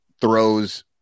throws